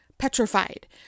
petrified